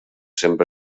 sempre